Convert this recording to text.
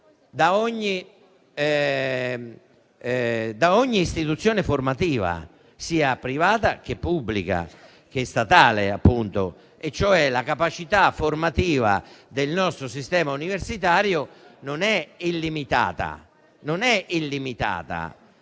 da ogni istituzione formativa sia privata, che pubblica, e cioè che la capacità formativa del nostro sistema universitario non è illimitata,